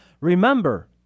Remember